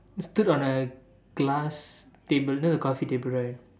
stood on the glass table you know the coffee table right